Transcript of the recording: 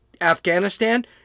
Afghanistan